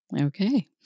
Okay